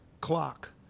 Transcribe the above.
clock